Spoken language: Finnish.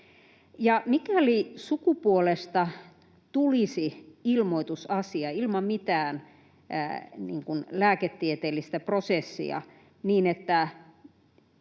Mikäli sukupuolesta tulisi ilmoitusasia ilman mitään lääketieteellistä prosessia niin, että